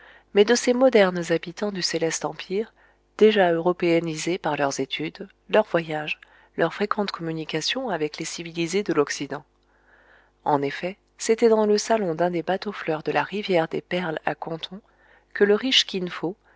mais de ces modernes habitants du céleste empire déjà européennisés par leurs études leurs voyages leurs fréquentes communications avec les civilisés de l'occident en effet c'était dans le salon d'un des bateaux fleurs de la rivière des perles à canton que le riche kin fo